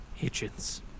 Hitchens